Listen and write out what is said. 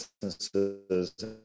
businesses